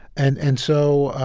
and and so, ah